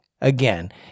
Again